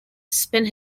spent